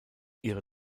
ihre